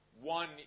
One